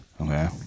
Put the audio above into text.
Okay